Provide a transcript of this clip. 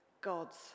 God's